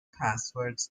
passwords